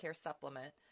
supplement